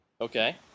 Okay